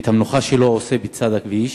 את המנוחה שלו הוא עושה בצד הכביש,